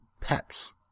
pets